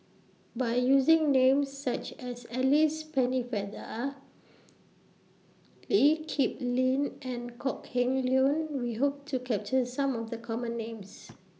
By using Names such as Alice Pennefather Lee Kip Lin and Kok Heng Leun We Hope to capture Some of The Common Names